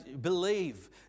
believe